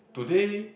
today